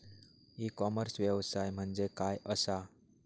E commerce व्यवसाय म्हणजे काय असा?